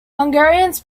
hungarians